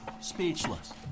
speechless